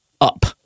up